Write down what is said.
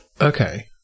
Okay